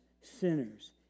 sinners